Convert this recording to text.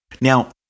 Now